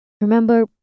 Remember